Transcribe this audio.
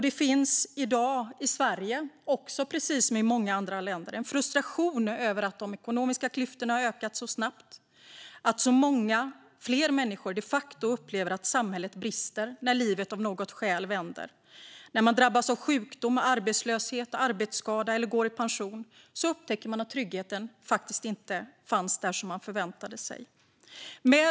Det finns i dag i Sverige, precis som i många andra länder, en frustration över att de ekonomiska klyftorna har ökat så snabbt och att så många fler människor de facto upplever att samhället brister när livet av något skäl vänder. När man drabbas av sjukdom, arbetslöshet eller arbetsskada eller går i pension upptäcker man att tryggheten inte fanns där som man förväntade sig.